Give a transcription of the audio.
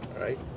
right